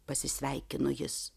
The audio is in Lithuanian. pasisveikino jis